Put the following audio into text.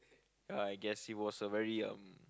I guess it was a very um